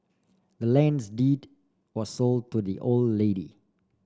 the land's deed were sold to the old lady